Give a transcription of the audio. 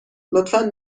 لطفا